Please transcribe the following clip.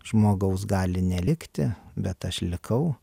žmogaus gali nelikti bet aš likau